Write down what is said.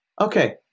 okay